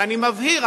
ואני מבהיר,